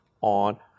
on